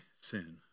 sin